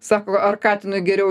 sako ar katinui geriau